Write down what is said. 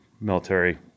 military